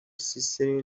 sister